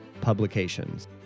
publications